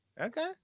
Okay